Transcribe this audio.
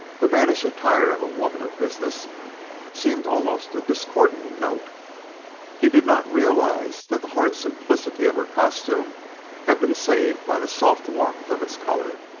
the mannish attire of a woman of business seemed almost a discordant note he did not realize that the hard simplicity of her costume had been saved by the soft warmth of its color,